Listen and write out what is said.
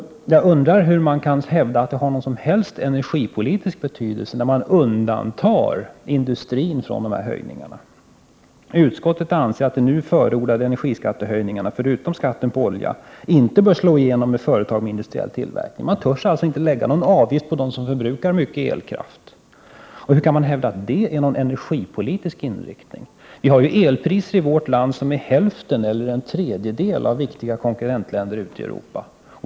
Jag undrar vidare hur man kan hävda att det har någon som helst energipolitisk betydelse, när man undantar industrin från dessa höjningar. Utskottet anser att de nu förordade energiskattehöjningarna, förutom skatten på olja, inte bör slå igenom i företag med industriell tillverkning. Man törs således inte lägga någon avgift på dem som förbrukar mycket elkraft. Hur kan man hävda att det är en energipolitisk inriktning? Elpriserna i vårt land är hälften eller en tredjedel av priserna i viktiga konkurrentländer ute i Europa.